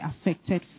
affected